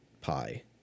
pi